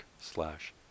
slash